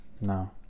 No